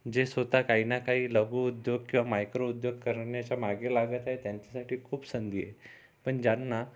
जे स्वतः काही ना काही लघुउद्योग किंवा मायक्रो उद्योग करण्याच्या मागे लागत आहे त्यांच्यासाठी खूप संधी आहे पण ज्यांना